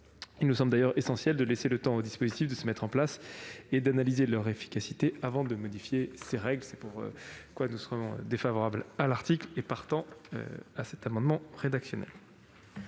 il nous semble essentiel de laisser au dispositif le temps de se mettre en place et d'analyser son efficacité avant de modifier ses règles. C'est pourquoi nous sommes défavorables à l'article et, partant, à cet amendement rédactionnel.